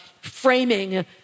framing